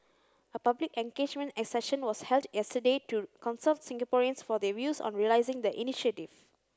a public engagement session was held yesterday to consult Singaporeans for their views on realising the initiative